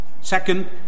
Second